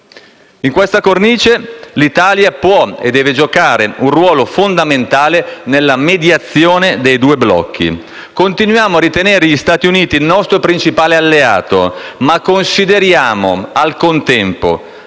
In questa cornice l'Italia può e deve giocare un ruolo fondamentale nella mediazione dei due blocchi. Continuiamo a ritenere gli Stati Uniti il nostro principale alleato, ma consideriamo al contempo